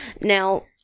Now